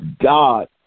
God